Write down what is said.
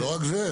לא רק זה.